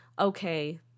okay